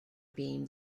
beam